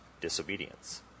disobedience